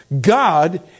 God